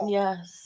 yes